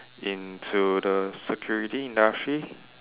into the security industry